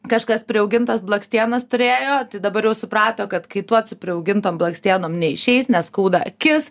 kažkas priaugintas blakstienas turėjo tai dabar jau suprato kad kaituot su priaugintom blakstienom neišeis nes skauda akis